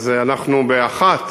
אז אנחנו באחת